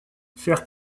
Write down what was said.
faire